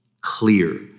clear